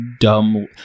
dumb